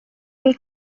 will